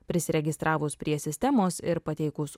prisiregistravus prie sistemos ir pateikus